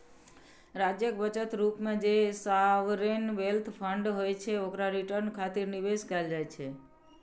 राज्यक बचत रूप मे जे सॉवरेन वेल्थ फंड होइ छै, ओकरा रिटर्न खातिर निवेश कैल जाइ छै